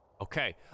Okay